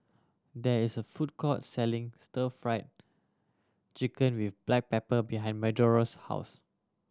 there is a food court selling Stir Fry Chicken with black pepper behind Medora's house